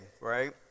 right